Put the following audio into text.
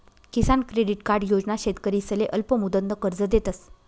किसान credit card योजना शेतकरीसले अल्पमुदतनं कर्ज देतस